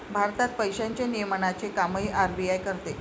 भारतात पैशांच्या नियमनाचे कामही आर.बी.आय करते